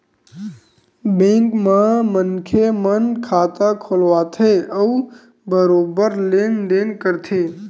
bank म मनखे मन खाता खोलवाथे अउ बरोबर लेन देन करथे